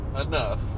enough